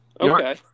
Okay